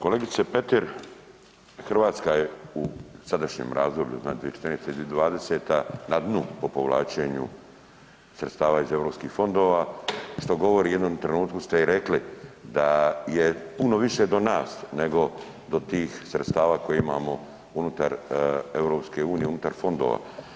Kolegice Petir, Hrvatska je u sadašnjem razdoblju 2014.-2020. na dnu po povlačenju sredstava iz eu fondova što i govori i u jednom ste trenutku rekli da je puno više do nas nego do tih sredstava koja imamo unutar EU unutar fondova.